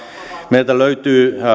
meiltä löytyy